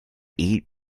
eat